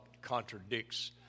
contradicts